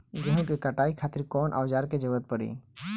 गेहूं के कटाई खातिर कौन औजार के जरूरत परी?